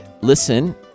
listen